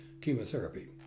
chemotherapy